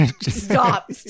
Stop